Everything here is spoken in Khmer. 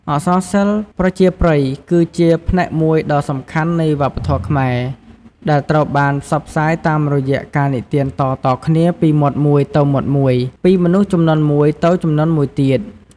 អក្សរសិល្ប៍ប្រជាប្រិយគឺជាផ្នែកមួយដ៏សំខាន់នៃវប្បធម៌ខ្មែរ ដែលត្រូវបានផ្សព្វផ្សាយតាមរយៈការនិទានតៗគ្នាពីមាត់មួយទៅមាត់មួយ ពីមនុស្សជំនាន់មួយទៅជំនាន់មួយទៀត។